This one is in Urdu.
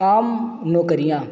عام نوکریاں